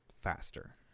faster